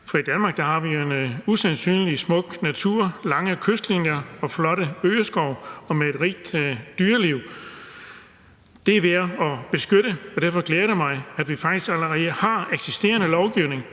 for i Danmark har vi en usandsynlig smuk natur med lange kystlinjer og flotte bøgeskove og et rigt dyreliv. Det er værd at beskytte, og derfor glæder det mig, at vi faktisk allerede har eksisterende lovgivning,